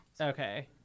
Okay